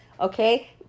okay